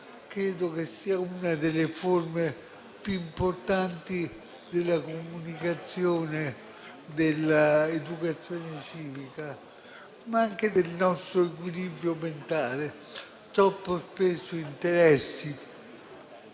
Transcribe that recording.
credo che sia una delle forme più importanti della comunicazione, dell'educazione civica, ma anche del nostro equilibrio mentale. Troppo spesso interessi